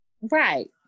Right